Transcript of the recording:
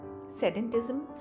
Sedentism